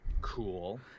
Cool